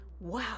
Wow